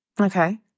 Okay